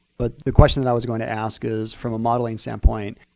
but the question that i was going to ask is, from a modeling standpoint